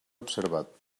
observat